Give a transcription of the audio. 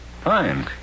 Fine